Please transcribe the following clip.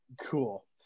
Cool